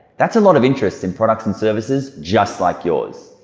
that's a lot of interest in products and services just like yours.